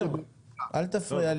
אל תפריע לו,